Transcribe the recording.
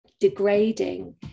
degrading